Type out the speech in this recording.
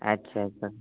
ᱟᱪᱪᱷᱟ ᱟᱪᱪᱷᱟ